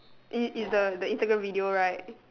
it it's a instagram video right